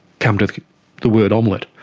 come to the word omelette.